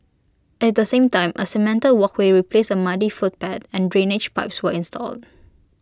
at the same time A cemented walkway replaced A muddy footpath and drainage pipes were installed